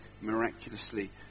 miraculously